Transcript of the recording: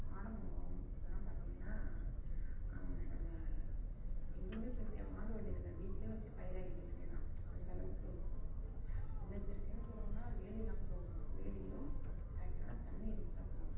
வாழை மரம் இதெல்லாம் பார்த்திங்கன்னா நம்ம எங்கேயுமே போய் த வாங்கவேண்டியதில்லை வீட்லேயே வச்சு பயிராக்கிட வேண்டியதுதான் அந்தளவுக்கு இருக்கும் முன்னெச்சரிக்கைன்னு சொல்லணுன்னால் வேலிதான் போடணும் வேலியும் கரெக்டான தண்ணி இருந்துவிட்டா போதும்